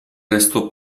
restò